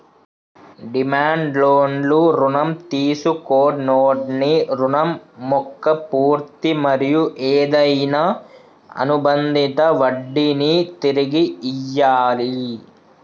demand లోన్లు రుణం తీసుకొన్నోడి రుణం మొక్క పూర్తి మరియు ఏదైనా అనుబందిత వడ్డినీ తిరిగి ఇయ్యాలి